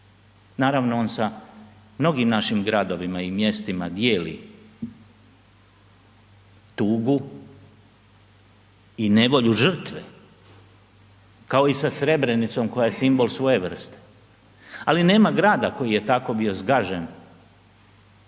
Naravno, on sa mnogim našim gradovima i mjestima dijeli tugu i nevolju žrtve, kao i sa Srebrenicom koja je simbol svoje vrste, ali nema grada koji je tako bio zgažen